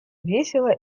весело